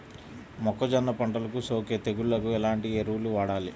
మొక్కజొన్న పంటలకు సోకే తెగుళ్లకు ఎలాంటి ఎరువులు వాడాలి?